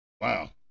Wow